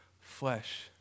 flesh